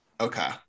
Okay